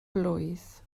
blwydd